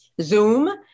Zoom